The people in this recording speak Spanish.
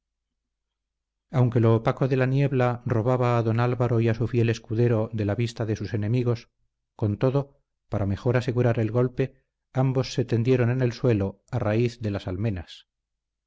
aunque lo opaco de la niebla robaba a don álvaro y a su fiel escudero de la vista de sus enemigos con todo para mejor asegurar el golpe ambos se tendieron en el suelo a raíz de las almenas